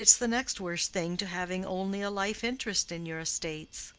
it's the next worse thing to having only a life interest in your estates.